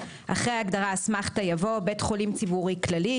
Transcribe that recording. אחרי ההגדרה "אסמכתא" יבוא: ""בית חולים ציבורי כללי"